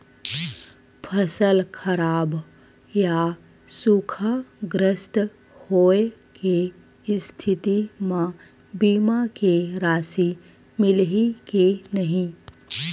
फसल खराब या सूखाग्रस्त होय के स्थिति म बीमा के राशि मिलही के नही?